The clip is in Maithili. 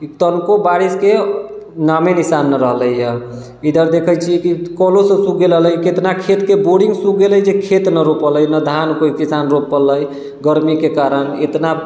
तनको बारिशके नामो निशान नहि रहलैया इधर देखैत छियै कि कलो सब सूख गेल रहलै कितना खेतके बोरिङ्ग सूखि गेलै जे खेत नहि रोपऽलै नहि धान केओ किसान रोप पाओल गरमीके कारण इतना